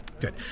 Good